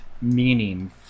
meaning